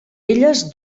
elles